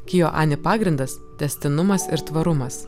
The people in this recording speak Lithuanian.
kijo ani pagrindas tęstinumas ir tvarumas